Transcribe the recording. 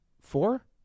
four